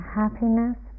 happiness